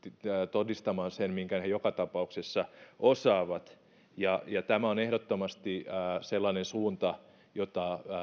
todistamaan sitä minkä he joka tapauksessa osaavat ja ja tämä on ehdottomasti sellainen suunta jota